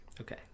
Okay